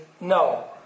no